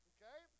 Okay